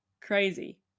crazy